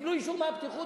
קיבלו אישור מהבטיחות,